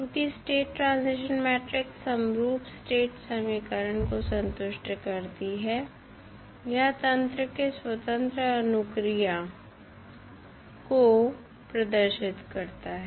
चूँकि state transition matrix समरूप state समीकरण को संतुष्ट करती है यह तंत्र के स्वतंत्र अनुक्रिया को प्रदर्शित करता है